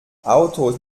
autos